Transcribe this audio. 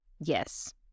Yes